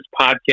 podcast